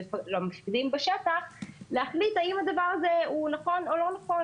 למפקדים שטח להחליט האם הדבר הזה הוא נכון או לא נכון.